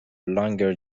longer